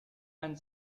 and